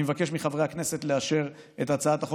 אני מבקש מחברי הכנסת לאשר את הצעת החוק